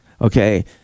Okay